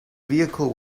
vehicle